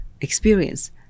experience